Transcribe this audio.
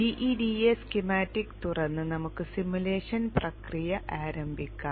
gEDA schematic തുറന്ന് നമുക്ക് simulation പ്രക്രിയ ആരംഭിക്കാം